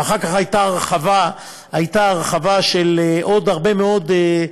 ואחר כך הייתה הרחבה של עוד הרבה מאוד,